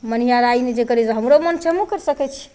मनिहारा ई नहि जे करै हमरो मन छै हमहुँ कैरि सकै छी